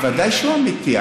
ודאי שהוא אמיתי.